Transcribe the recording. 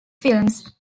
films